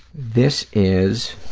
this is